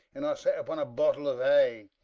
and i sat upon a bottle of hay,